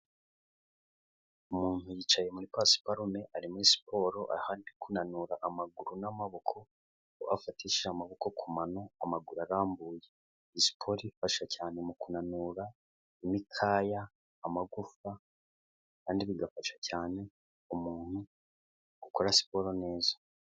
Umuntu yicaye muri pasiparome ari muri siporo, ari kunanura amaguru n'amaboko, aho yafatishije amaboko ku mano, amaguru arambuye, iyi siporo ifasha cyane mu kunanura imikaya, amagufa, kandi bigafasha cyane umuntu gukora siporo neza.